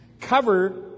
cover